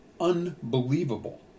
unbelievable